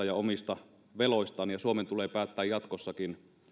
ja omista veloistaan ja suomen tulee päättää jatkossakin